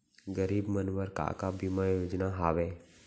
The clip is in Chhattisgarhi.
गरीब मन बर का का बीमा योजना हावे?